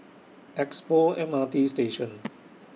Expo M R T Station